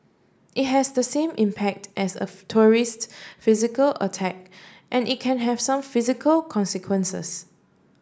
it has the same impact as a tourist physical attack and it can have some physical consequences